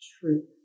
Truth